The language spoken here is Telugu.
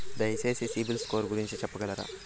దయచేసి సిబిల్ స్కోర్ గురించి చెప్పగలరా?